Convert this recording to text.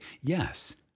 yes